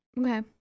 Okay